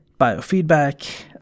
biofeedback